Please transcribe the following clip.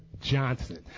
Johnson